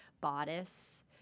bodice